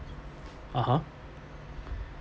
(uh huh)